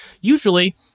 Usually